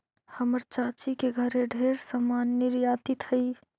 हमर चाची के घरे ढेर समान निर्यातित हई